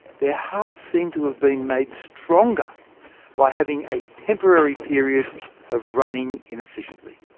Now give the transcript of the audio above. their hearts seemed to have been made stronger by having a temporary period of running inefficiently.